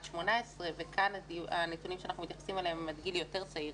18 וכאן הנתונים שאנחנו מתייחסים אליהם הם עד גיל יותר צעיר,